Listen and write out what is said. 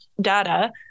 data